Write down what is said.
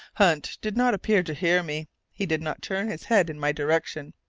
hunt did not appear to hear me he did not turn his head in my direction.